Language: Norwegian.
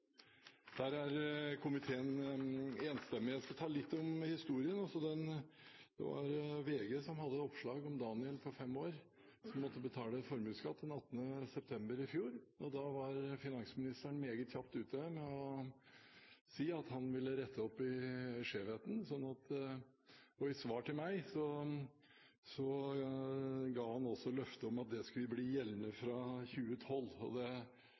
Der er komiteen enstemmig. Jeg skal ta litt om historien. Det var VG som hadde oppslag om Daniel på fem år som måtte betale formuesskatt den 18. september i fjor. Da var finansministeren meget kjapt ute med å si at han ville rette opp i skjevheten, og i svar til meg ga han også løfte om at det skulle bli gjeldende fra 2012.